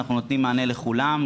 אנחנו נותנים מענה לכולם,